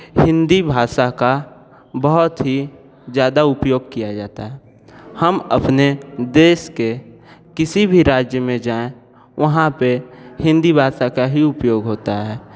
हिंदी भाषा का बहुत ही ज़्यादा उपयोग किया जाता है हम अपने देश के किसी भी राज्य में जाएं वहाँ पर हिंदी भाषा का ही उपयोग होता है